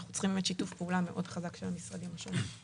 אנחנו צריכים שיתוף פעולה חזק מאוד של המשרדים השונים.